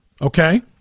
okay